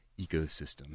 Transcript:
ecosystem